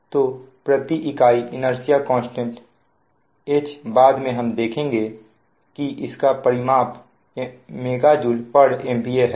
तो प्रति इकाई इनेर्सिया कांस्टेंट H बाद में हम देखेंगे कि इसका परिमाप MJ MVA है